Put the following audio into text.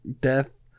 Death